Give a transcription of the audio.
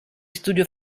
studio